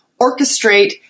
orchestrate